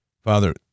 Father